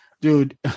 Dude